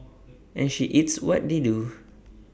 and she eats what they do